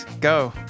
go